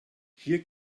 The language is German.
hier